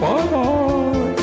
Bye-bye